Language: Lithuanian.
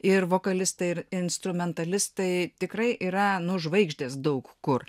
ir vokalistai ir instrumentalistai tikrai yra nu žvaigždės daug kur